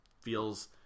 feels